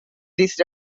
this